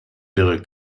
wäre